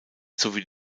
sowie